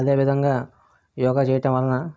అదేవిధంగా యోగ చేయడం వలన